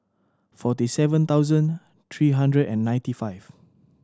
forty seven thousand three hundred and ninety five